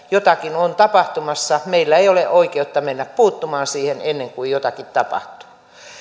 jotakin on tapahtumassa meillä ei ole oikeutta mennä puuttumaan siihen ennen kuin jotakin tapahtuu